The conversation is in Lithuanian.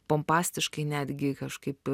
pompastiškai netgi kažkaip